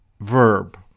verb